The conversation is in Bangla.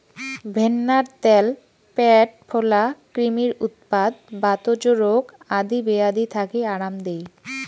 ভেন্নার ত্যাল প্যাট ফোলা, ক্রিমির উৎপাত, বাতজ রোগ আদি বেয়াধি থাকি আরাম দেই